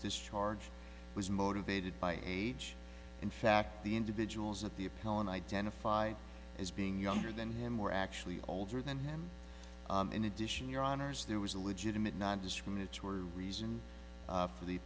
discharge was motivated by age in fact the individuals at the appellate identify as being younger than him were actually older than him in addition your honors there was a legitimate nondiscriminatory reason for the